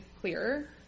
clearer